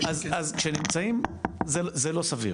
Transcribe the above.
אז שכנמצאים זה לא סביר,